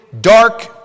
dark